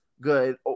good